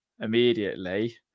immediately